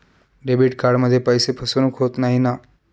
Debit कार्डमध्ये पैसे फसवणूक होत नाही ना?